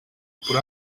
por